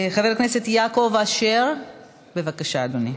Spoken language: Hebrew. חבר הכנסת יעקב אשר, בבקשה, אדוני.